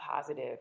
positive